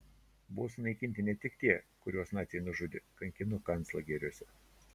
buvo sunaikinti ne tik tie kuriuos naciai nužudė kankino konclageriuose